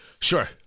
sure